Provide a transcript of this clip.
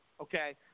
Okay